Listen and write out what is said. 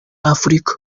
africa